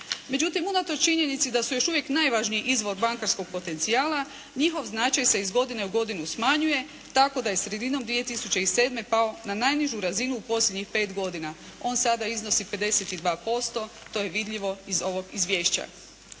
Međutim, unatoč činjenici da su još uvijek najvažniji izvor bankarskog potencijala njihov značaj se iz godine u godinu smanjuje tako da je sredinom 2007. pao na najnižu razinu u posljednjih pet godina. On sada iznosi 52%, to je vidljivo iz ovog izvješća.